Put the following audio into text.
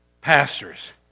pastors